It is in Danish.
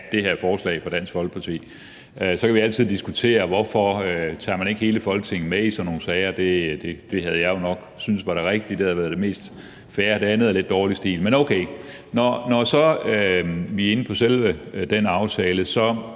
det her forslag fra Dansk Folkeparti. Så kan vi altid diskutere, hvorfor man ikke tager hele Folketinget med i sådan nogle sager – det havde jeg jo nok syntes var det rigtige og mest fair; det andet er lidt dårlig stil. Men okay, når jeg så er inde selve i den aftale, kan